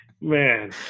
Man